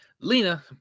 Lena